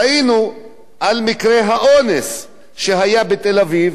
ראינו את מקרה האונס שהיה בתל-אביב.